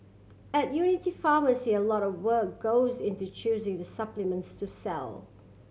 at Unity Pharmacy a lot of work goes into choosing the supplements to sell